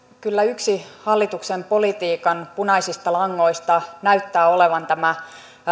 kyllä yksi hallituksen politiikan punaisista langoista näyttää olevan tämä